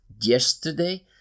yesterday